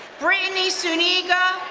brittany sunika.